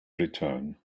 return